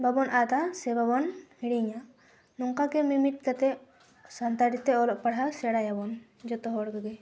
ᱵᱟᱵᱚᱱ ᱟᱫᱟ ᱥᱮ ᱵᱟᱵᱚᱱ ᱦᱤᱲᱤᱧᱟ ᱱᱚᱝᱠᱟᱜᱮ ᱢᱤᱢᱤᱫ ᱠᱟᱛᱮ ᱥᱟᱱᱛᱟᱲᱤᱛᱮ ᱚᱞᱚᱜ ᱯᱟᱲᱦᱟᱣ ᱥᱮᱬᱟᱭᱟᱵᱚᱱ ᱡᱚᱛᱚ ᱦᱚᱲ ᱠᱚᱜᱮ